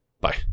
Bye